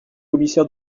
commissaire